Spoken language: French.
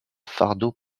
fardeau